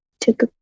took